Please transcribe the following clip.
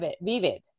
vivid